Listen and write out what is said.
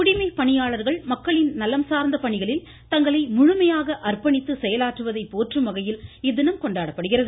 குடிமைப் பணியாளர்கள் மக்களின் நலம் சார்ந்த பணிகளில் தங்களை முழுமையாக அர்ப்பணித்து செயலாற்றுவதை போற்றும் வகையில் இத்தினம் கொண்டாடப்படுகிறது